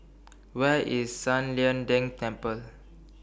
Where IS San Lian Deng Temple